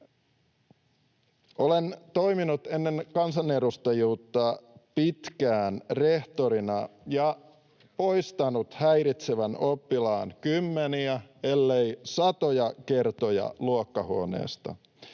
Olen toiminut ennen kansanedustajuutta pitkään rehtorina ja poistanut häiritsevän oppilaan luokkahuoneesta